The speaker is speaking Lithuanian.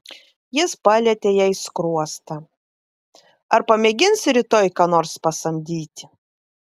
jis palietė jai skruostą ar pamėginsi rytoj ką nors pasamdyti